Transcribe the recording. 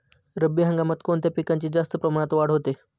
रब्बी हंगामात कोणत्या पिकांची जास्त प्रमाणात वाढ होते?